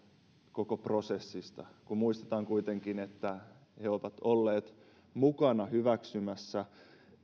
koko prosessista kun muistetaan kuitenkin että he ovat olleet mukana hyväksymässä